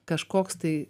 kažkoks tai